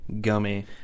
gummy